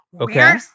Okay